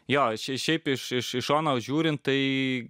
jo šiai šiaip iš iš šono žiūrint tai